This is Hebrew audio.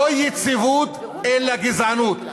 לא יציבות, אלא גזענות.